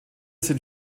sind